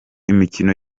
imikino